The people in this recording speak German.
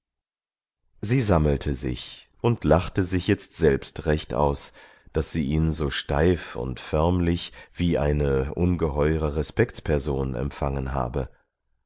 sie sammelte sich und lachte sich jetzt selbst recht aus daß sie ihn so steif und förmlich wie eine ungeheure respektsperson empfangen habe